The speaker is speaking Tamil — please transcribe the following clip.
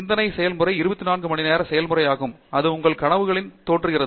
சிந்தனை செயல்முறை 24 மணி நேர செயல்முறை ஆகும் அது உங்கள் கனவுகளில் தோன்றுகிறது